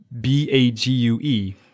B-A-G-U-E